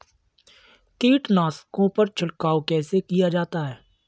कीटनाशकों पर छिड़काव कैसे किया जाए?